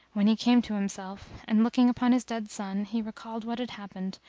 when he came to himself and, looking upon his dead son, he recalled what had happened,